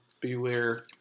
beware